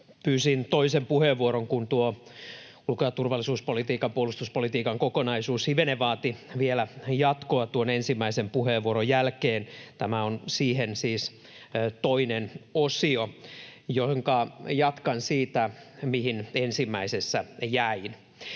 Pyysin toisen puheenvuoron, kun tuo ulko- ja turvallisuuspolitiikan, puolustuspolitiikan kokonaisuus hivenen vaati vielä jatkoa ensimmäisen puheenvuoroni jälkeen. Tämä on siihen siis toinen osio, jossa jatkan siitä, mihin ensimmäisessä jäin.